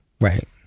right